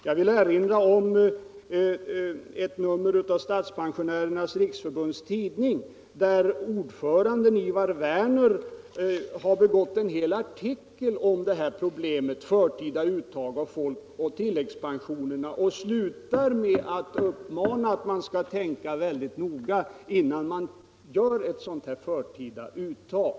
Jag vill erinra om att ordföranden i Statspensionärernas riksförbund Ivar Werner skrivit en artikel i förbundets tidning om problemet med förtida uttag av folkoch tilläggspensionerna. Artikeln slutar med uppmaningen att man skall tänka sig för noga innan man gör ett förtida uttag.